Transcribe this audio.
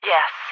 Yes